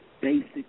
basic